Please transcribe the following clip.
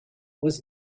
was